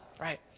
Right